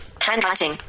Handwriting